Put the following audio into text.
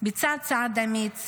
ביצע צעד אמיץ